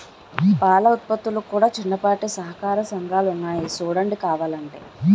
పాల ఉత్పత్తులకు కూడా చిన్నపాటి సహకార సంఘాలున్నాయి సూడండి కావలంటే